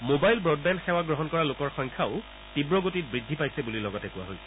mobile broadband সেৱা গ্ৰহণ কৰা লোকৰ সংখ্যাও তীৱ গতিত বৃদ্ধি পাইছে বুলি লগতে কোৱা হৈছে